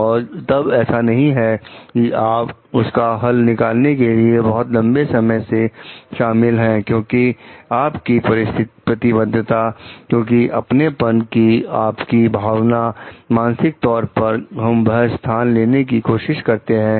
और तब ऐसा नहीं है कि आप उसका हल निकालने के लिए बहुत लंबे समय से शामिल हैं क्योंकि आप की प्रतिबद्धता क्योंकि अपनेपन की आपकी भावना मानसिक तौर पर हम वह स्थान लेने की कोशिश करते हैं